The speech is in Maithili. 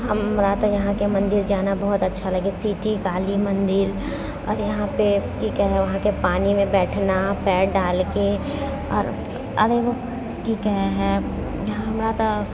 हमरा तऽ यहाँके मन्दिर जाना बहुत अच्छा लगै छै सिटी काली मन्दिर आओर यहाँपर की कहै वहाँके पानीमे बैठना पाएर डालिके आओर एगो की कहै हँ हमरातऽ